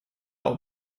will